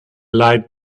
light